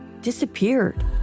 disappeared